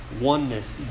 oneness